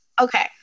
okay